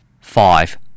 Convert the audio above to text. Five